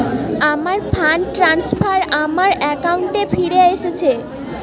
আমার fund transfer আমার অ্যাকাউন্টে ফিরে এসেছে